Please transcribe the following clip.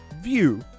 view